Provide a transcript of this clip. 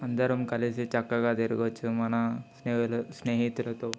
అందరం కలిసి చక్కగా తిరగచ్చు మన స్నేహితు స్నేహితులతో